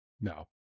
No